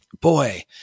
boy